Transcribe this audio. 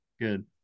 Good